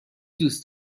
دوست